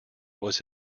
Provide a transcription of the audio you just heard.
was